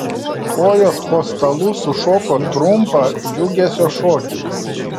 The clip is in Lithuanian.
kojos po stalu sušoko trumpą džiugesio šokį